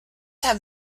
have